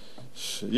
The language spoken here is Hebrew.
יש לי שתי בנות.